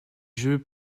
jeux